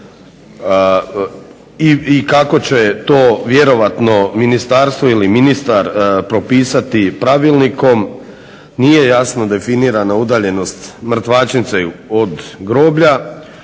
i kako će to vjerojatno ministarstvo ili ministar propisati pravilnikom nije jasno definirana udaljenost mrtvačnice od groblja